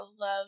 love